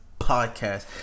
Podcast